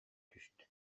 түстэ